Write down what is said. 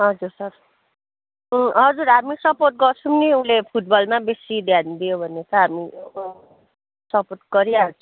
हजुर सर हजुर हामी सपोर्ट गर्छौँ नि उसले फुटबलमा बेसी ध्यान दियो भने त हामी सपोर्ट गरिहाल्छौँ